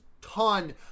ton